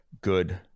good